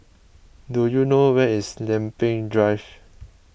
do you know where is Lempeng Drive